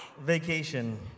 Vacation